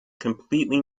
completely